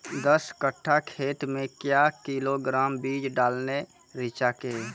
दस कट्ठा खेत मे क्या किलोग्राम बीज डालने रिचा के?